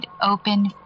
open